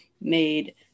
made